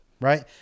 right